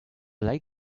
like